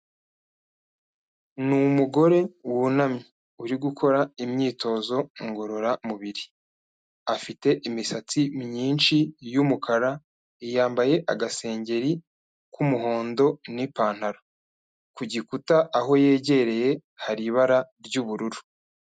Ni umugore wunamye uri gukora imyitozo ngororamubiri, afite imisatsi myinshi y'umukara, yambaye agasengeri k'umuhondo n'ipantaro, ku gikuta aho yegereye hari ibara ry'ubururu.